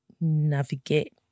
navigate